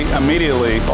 immediately